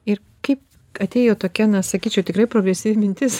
ir kaip atėjo tokia na sakyčiau tikrai progresyvi mintis